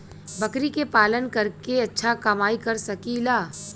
बकरी के पालन करके अच्छा कमाई कर सकीं ला?